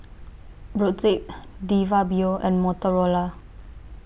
Brotzeit De Fabio and Motorola